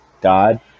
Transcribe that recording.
God